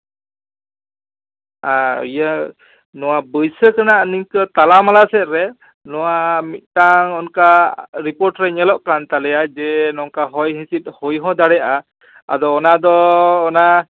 ᱤᱭᱟᱹ ᱱᱚᱣᱟ ᱵᱟᱹᱭᱥᱟᱹᱠᱷ ᱨᱮᱱᱟᱜ ᱱᱤᱝᱠᱟᱹ ᱛᱟᱞᱟᱢᱟᱞᱟ ᱥᱮᱫ ᱨᱮ ᱱᱚᱣᱟ ᱢᱤᱫᱴᱟᱝ ᱚᱱᱠᱟ ᱨᱤᱯᱳᱨᱴ ᱨᱮ ᱧᱮᱞᱚᱜ ᱠᱟᱱ ᱛᱟᱞᱮᱭᱟ ᱡᱮ ᱱᱚᱝᱠᱟ ᱦᱚᱭ ᱦᱤᱸᱥᱤᱫ ᱦᱩᱭ ᱦᱚᱸ ᱫᱟᱲᱮᱭᱟᱜᱼᱟ ᱟᱫᱚ ᱚᱱᱟ ᱫᱚ ᱚᱱᱟ